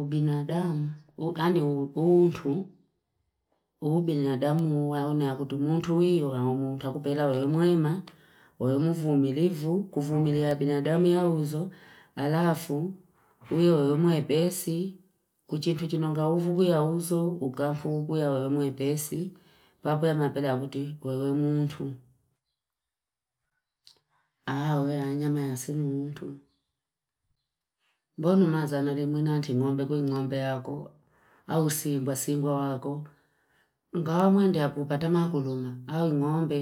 Ubinadamu? Ani uuntu? Ubinadamu wawunia kutumuntu wiyo. Umuta kupela wewe muima, wewe muvu umilivu, kufumilia binadamu ya huzo, alafu, uwewe muwe pesi, kuchitu tununga uvu uwe ya huzo, ukafu, uwewe muwe pesi, pako ya mapela kutumuntu. Awea, nyama ya sinu muntu. Mbono maza nalimu inaanti ngombe, kuyo ngombe yako. Awea si mba, si mba wako. Ngawea mwende hapu, kata maguluna. Awea ngombe,